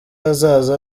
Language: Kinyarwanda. hazaza